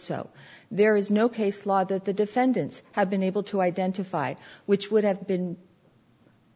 so there is no case law that the defendants have been able to identify which would have been